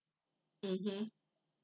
mmhmm